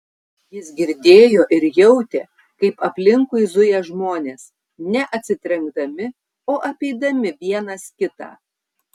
jis girdėjo ir jautė kaip aplinkui zuja žmonės ne atsitrenkdami o apeidami vienas kitą